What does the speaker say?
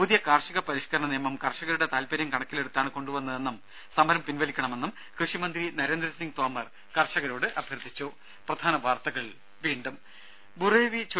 പുതിയ കാർഷിക പരിഷ്കരണ നിയമം കർഷകരുടെ താല്പര്യം കണക്കിലെടുത്താണ് കൊണ്ടുവന്നതെന്നും സമരം പിൻവലിക്കണമെന്നും കൃഷിമന്ത്രി നരേന്ദ്രസിംഗ് തോമർ കർഷകരോട് അഭ്യർത്ഥിച്ചു